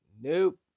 Nope